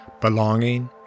belonging